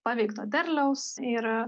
paveikto derliaus ir